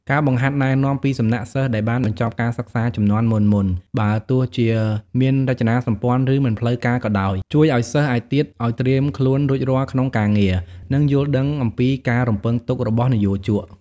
ការបង្ហាត់ណែនាំពីសំណាក់សិស្សដែលបានបញ្ចប់ការសិក្សាជំនាន់មុនៗ បើទោះជាមានរចនាសម្ព័ន្ធឬមិនផ្លូវការក៏ដោយ ជួយឲ្យសិស្សឯទៀតឱ្យត្រៀមខ្លួនរួចរាល់ក្នុងការងារ និងយល់ដឹងអំពីការរំពឹងទុករបស់និយោជក។